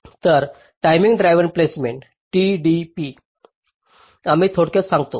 तर timing drive placement TDP आम्ही थोडक्यात सांगतो